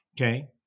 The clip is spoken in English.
Okay